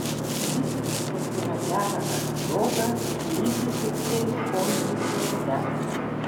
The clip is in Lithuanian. viskas kas yra gera ar bloga slypi tiktai pojūčiuose